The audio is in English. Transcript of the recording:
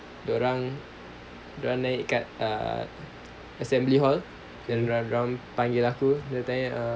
dorang dorang naik dekat uh assembly hall panggil aku dorang tanya err